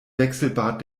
wechselbad